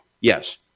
Yes